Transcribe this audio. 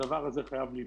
והדבר הזה חייב להיפסק.